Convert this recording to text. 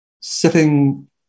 sitting